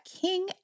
King